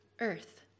earth